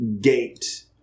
gate